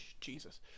Jesus